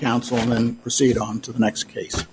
councilman proceed on to the next case